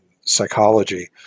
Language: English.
psychology